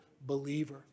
believer